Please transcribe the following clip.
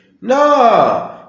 No